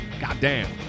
Goddamn